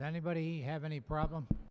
that anybody have any problem